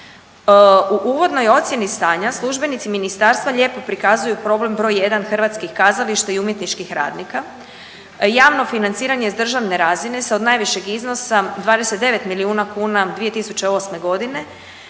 U uvodnoj ocjeni stanja službenici ministarstva lijepo prikazuju problem broj jedan hrvatskih kazališta i umjetničkih radnika. Javno financiranje s državne razine se od najvišeg iznosa 29 milijuna kuna 2008. godine